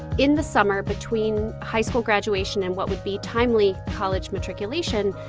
in the summer between high school graduation and what would be timely college matriculation,